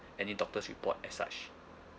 any doctors' report as such